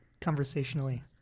conversationally